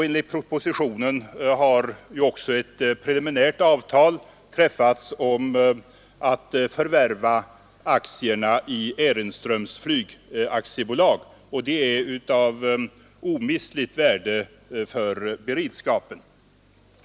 Enligt propositionen har också ett preliminärt avtal träffats om förvärv av aktierna i Ehrenström Flyg AB, och det är av omistligt värde för beredskapen.